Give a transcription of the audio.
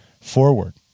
forward